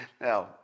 Now